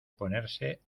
ponerse